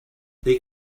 they